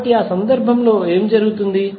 కాబట్టి ఆ సందర్భంలో ఏమి జరుగుతుంది